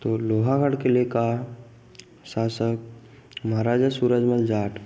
तो लोहागढ़ किले का शासक महाराजा सूरजमल जाट